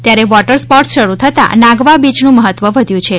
ત્યારે water sports શરૂ થતા નાગવા બીચનુ મહત્વ વધ્યુ છે